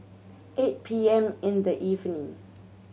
eight P M in the evening